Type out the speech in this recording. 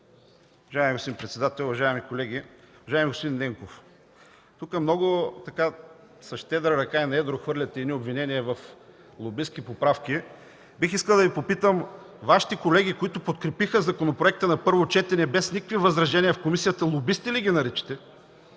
Уважаеми господин председател, уважаеми колеги! Уважаеми господин Ненков, тук много с щедра ръка и на едро хвърляте едни обвинения в лобистки поправки. Бих искал да Ви попитам – Вашите колеги, които подкрепиха законопроекта на първо четене без никакви възражения в комисията, лобисти ли ги наричате?